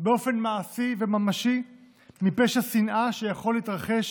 באופן מעשי וממשי מפשע שנאה שיכול להתרחש